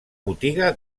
botiga